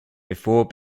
before